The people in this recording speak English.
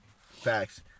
facts